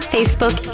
Facebook